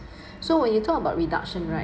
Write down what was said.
so when you talk about reduction right